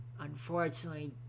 unfortunately